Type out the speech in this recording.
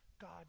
God